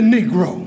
Negro